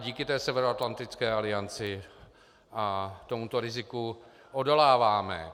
Díky té Severoatlantické alianci tomuto riziku odoláváme.